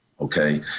okay